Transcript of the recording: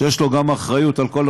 שיש לו גם אחריות לנושא,